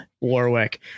Warwick